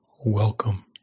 welcome